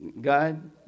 God